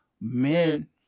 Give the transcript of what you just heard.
Men